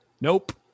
Nope